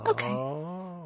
Okay